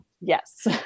Yes